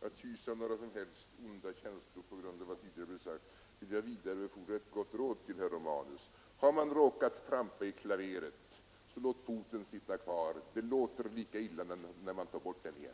att hysa några som helst onda känslor på grund av vad som tidigare har sagts, vilja vidarebefordra ett gott råd till herr Romanus: Har man råkat trampa i klaveret, så låt foten sitta kvar! Det låter lika illa när man tar bort den igen.